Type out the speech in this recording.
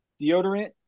deodorant